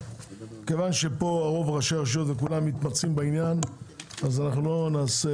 כיוון שרוב הנוכחים כאן הם ראשי רשויות וכולם מתמצאים בנושא לא צריך